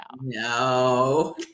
No